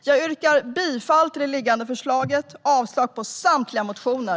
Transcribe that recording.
Jag yrkar bifall till utskottets förslag och avslag på samtliga motioner.